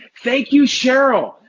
thank you cheryl,